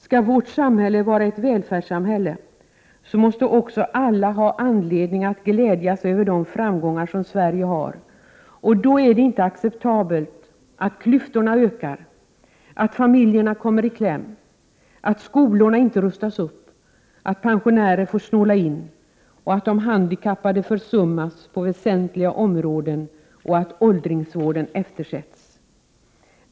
Skall vårt samhälle vara ett välfärdssamhälle måste alla ha anledning att glädja sig över framgångarna, och då är det inte acceptabelt att klyftorna ökar, att familjerna kommer i kläm, att skolorna inte rustas upp, att pensionärer får snåla in, att de handikappade försummas på väsentliga områden och att åldringsvården eftersätts.